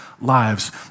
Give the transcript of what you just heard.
lives